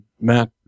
Matt